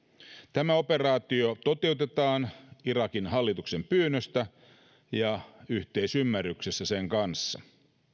tämä operaatio toteutetaan irakin hallituksen pyynnöstä ja yhteisymmärryksessä sen kanssa